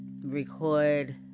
record